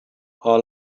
how